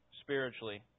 spiritually